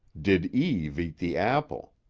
did eve eat the apple?